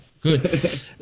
good